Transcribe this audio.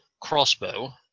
crossbow